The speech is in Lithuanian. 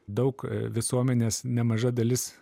daug visuomenės nemaža dalis